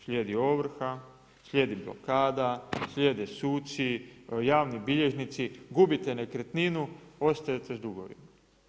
Slijedi ovrha, slijedi blokada, slijede suci, javni bilježnici, gubite nekretninu, ostaje s dugovima.